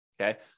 okay